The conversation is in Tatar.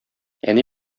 әни